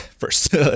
First